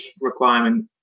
requirement